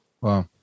wow